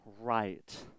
right